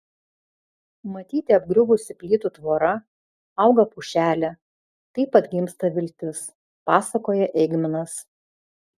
matyti apgriuvusi plytų tvora auga pušelė taip atgimsta viltis pasakoja eigminas